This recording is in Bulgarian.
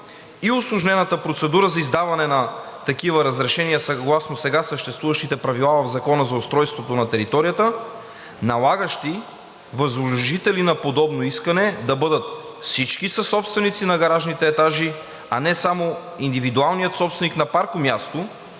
и усложнената процедура за издаване на такива разрешения съгласно сега съществуващите правила в Закона за устройството на територията, налагащи възложители на подобни, да бъдат всички съсобственици на гаражните етажи, а не само индивидуалният собственик на паркомясто,